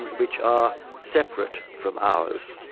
and which are separate from ours,